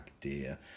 dear